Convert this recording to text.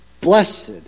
blessed